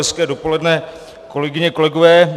Hezké dopoledne, kolegyně, kolegové.